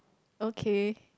okay